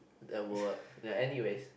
that work and anyway